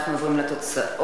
אנחנו עוברים לתוצאות: